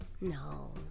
No